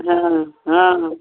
हॅं हॅं